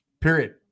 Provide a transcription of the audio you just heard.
Period